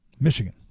Michigan